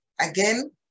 again